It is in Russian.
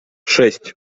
шесть